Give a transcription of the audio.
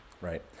Right